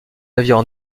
navires